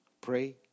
pray